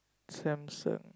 Samsung